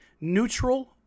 neutral